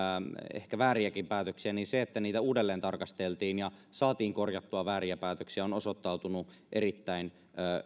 ehkä vääriäkin päätöksiä se että niitä uudelleentarkasteltiin ja saatiin korjattua vääriä päätöksiä on osoittautunut erittäin